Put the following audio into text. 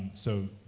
so,